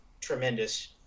tremendous